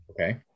Okay